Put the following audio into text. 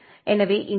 எனவே இந்த எஸ்